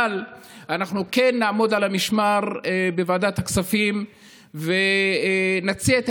אבל אנחנו כן נעמוד על המשמר בוועדת הכספים ונציע את